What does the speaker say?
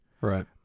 Right